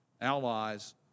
allies